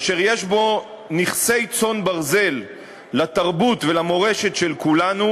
אשר יש בו נכסי צאן ברזל של התרבות והמורשת של כולנו,